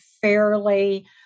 fairly